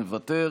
מוותר,